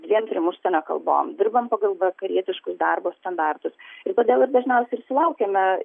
dviem trim užsienio kalbom dirbam pagal vakarietiškus darbo standartus štai todėl ir dažniausiai ir sulaukiame